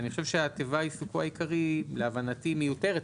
התיבה "עיסוקו העיקרי" להבנתי מיותרת,